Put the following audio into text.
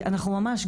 ממש,